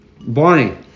Bonnie